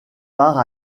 part